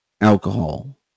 alcohol